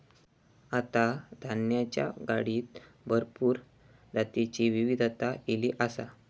आता धान्याच्या गाडीत भरपूर जातीची विविधता ईली आसा